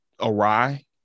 awry